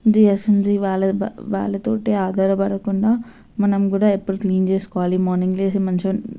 GHMC వాళ్ళ వాళ్ళతోటి ఆధారపడకుండా మనం కూడా ఎప్పుడు క్లీన్ చేసుకోవాలి మార్నింగ్ లేసి మంచిగా